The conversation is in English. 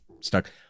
stuck